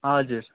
हजुर